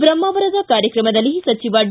ಬ್ರಹ್ಮಾವರದ ಕಾರ್ಯಕ್ರಮದಲ್ಲಿ ಸಚಿವ ಡಿ